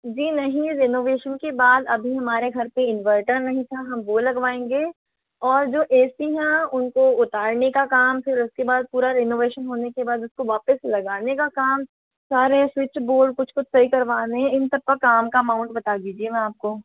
जी नहीं रेनोवेशन के बाद अभी हमारे घर पर इन्वर्टर नहीं था हम वो लगवाएंगे और जो ए सी हैं उनको उतारने का काम फिर उसके बाद पूरा रेनोवेशन होने के बाद उसको वापस लगाने का काम सारे स्विचबोर्ड कुछ कुछ सही करवाने हैं इन सब का काम का अमाउंट बता दीजिए मैं आप को